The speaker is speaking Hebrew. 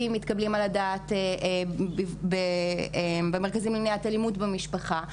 מתקבלים על הדעת במרכזים למניעת אלימות במשפחה.